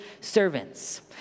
servants